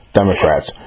democrats